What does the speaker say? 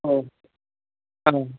हो हां